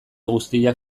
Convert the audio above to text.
guztiak